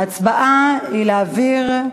ההצבעה היא להעביר,